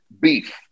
beef